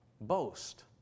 boast